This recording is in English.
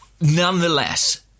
nonetheless